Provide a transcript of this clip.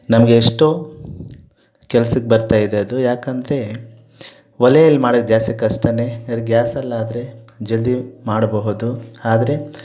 ನಮಗೆ ಎಷ್ಟೋ ಕೆಲ್ಸಕ್ಕೆ ಬರ್ತಾಯಿದೆ ಅದು ಯಾಕಂದರೆ ಒಲೇಲಿ ಮಾಡೋದು ಜಾಸ್ತಿ ಕಷ್ಟ ಅದೇ ಗ್ಯಾಸಲ್ಲಾದರೆ ಜಲ್ದಿ ಮಾಡಬಹುದು ಆದರೆ